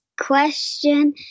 question